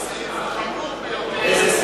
זהו סעיף חמור ביותר בעניין